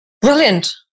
Brilliant